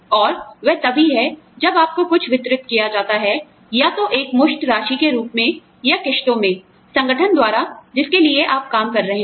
औरवह तभी है जब आपको कुछ वितरित किया जाता है या तो एकमुश्त राशि के रूप में या किस्तों में संगठन द्वारा जिसके लिए आप काम कर रहे हैं